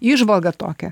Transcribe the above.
įžvalgą tokią